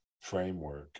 framework